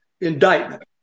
indictment